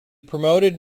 promoted